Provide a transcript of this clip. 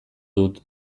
dut